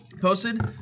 posted